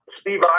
Steve